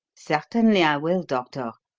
certainly i will, doctor,